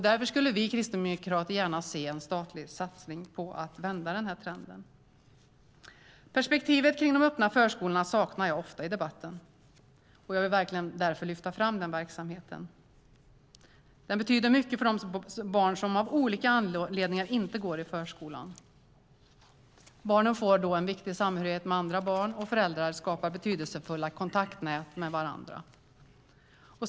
Därför skulle vi kristdemokrater gärna se en statlig satsning för att vända denna trend. Perspektivet på de öppna förskolorna saknar jag ofta i debatten. Jag vill därför verkligen lyfta fram den verksamheten. Den betyder mycket för de barn som av olika anledningar inte går i förskolan. Barnen får en viktig samhörighet med andra barn, och föräldrar skapar betydelsefulla kontaktnät med varandra.